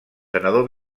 senador